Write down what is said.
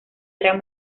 gran